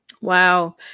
Wow